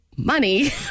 Money